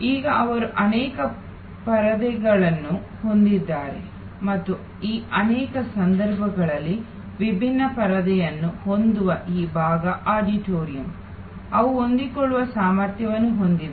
ಈಗ ಅವರು ಅನೇಕ ಪರದೆಗಳನ್ನು ಹೊಂದಿದ್ದಾರೆ ಮತ್ತು ಈ ಅನೇಕ ಸಂದರ್ಭಗಳಲ್ಲಿ ವಿಭಿನ್ನ ಪರದೆಗಳನ್ನು ಹೊಂದಿರುವ ಈ ಭಾಗ ಆಡಿಟೋರಿಯಂ ಅವು ಹೊಂದಿಕೊಳ್ಳುವ ಸಾಮರ್ಥ್ಯವನ್ನು ಹೊಂದಿವೆ